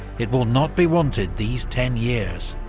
it will not be wanted these ten years